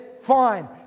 fine